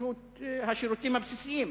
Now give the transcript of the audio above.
שפשוט השירותים הבסיסיים